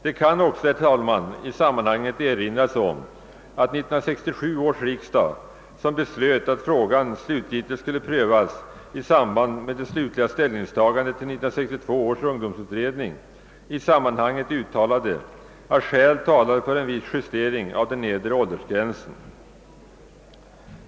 Det kan, herr talman, i sammanhanget erinras om att 1967 års riksdag, som beslöt att frågan slutgiltigt skulle prövas i samband med det definitiva ställningstagandet till 1962 års ungdomsutredning, uttalade att »skäl tala för en viss justering av den nedre åldersgränsen».